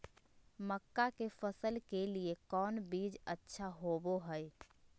मक्का के फसल के लिए कौन बीज अच्छा होबो हाय?